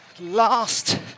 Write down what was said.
last